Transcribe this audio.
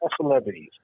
celebrities